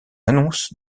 annonce